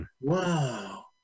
Wow